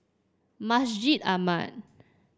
Masjid Ahmad